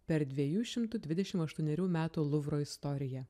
per dviejų šimtų dvidešim aštuonerių metų luvro istoriją